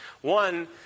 One